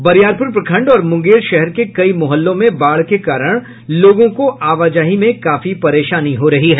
बरियारपुर प्रखंड और मुंगेर शहर के कई मुहल्लों में बाढ़ के कारण लोगों को आवाजाही में काफी परेशानी हो रही है